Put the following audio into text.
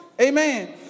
Amen